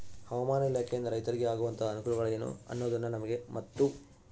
ಹವಾಮಾನ ಇಲಾಖೆಯಿಂದ ರೈತರಿಗೆ ಆಗುವಂತಹ ಅನುಕೂಲಗಳೇನು ಅನ್ನೋದನ್ನ ನಮಗೆ ಮತ್ತು?